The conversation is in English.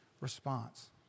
response